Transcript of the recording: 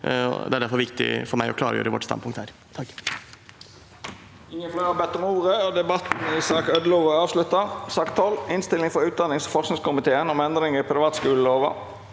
Det er derfor viktig for meg å klargjøre vårt standpunkt